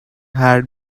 had